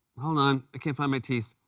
hold on. i can't find my teeth.